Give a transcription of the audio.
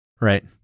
Right